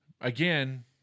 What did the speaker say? Again